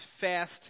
fast